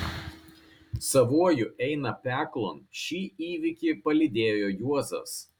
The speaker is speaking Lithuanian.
savuoju eina peklon šį įvykį palydėjo juozas